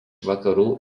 vakarų